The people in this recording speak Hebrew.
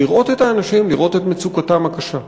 לראות את האנשים, לראות את מצוקתם הקשה.